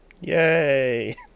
yay